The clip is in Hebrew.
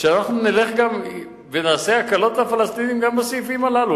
שנלך ונעשה הקלות לפלסטינים גם בסעיפים הללו.